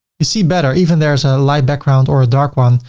you see better. even there's a light background or a dark one,